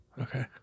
okay